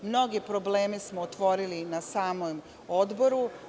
Mnoge probleme smo otvorili na samom odboru.